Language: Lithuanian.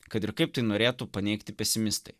kad ir kaip tai norėtų paneigti pesimistai